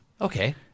Okay